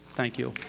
thank you.